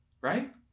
Right